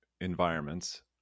environments